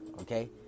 Okay